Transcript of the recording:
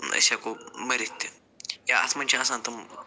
أسۍ ہٮ۪کَو مٔرِتھ تہِ یا اَتھ منٛز چھِ آسان تِم